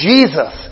Jesus